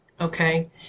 okay